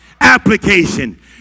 application